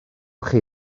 chi